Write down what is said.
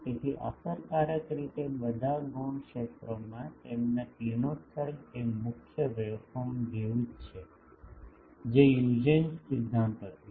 તેથી અસરકારક રીતે બધા ગૌણ સ્ત્રોતોમાં તેમના કિરણોત્સર્ગ એ મુખ્ય વેવફોર્મ જેવું જ છે જે હ્યુજેન્સ સિદ્ધાંત હતું